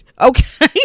Okay